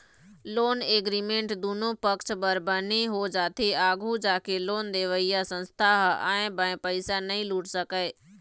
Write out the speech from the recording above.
loan agreement दुनो पक्छ बर बने हो जाथे आघू जाके लोन देवइया संस्था ह आंय बांय पइसा नइ लूट सकय